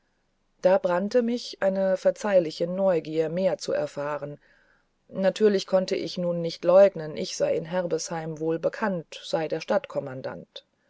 da brannte mich eine verzeihliche neugier mehr zu erfahren natürlich konnte ich nun nicht leugnen ich sei in herbesheim wohl bekannt sei der